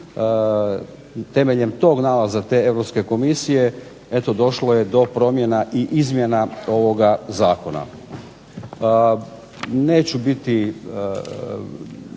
temeljem tog nalaza te Europske komisije eto došlo je do promjena i izmjena ovoga Zakona. Neću biti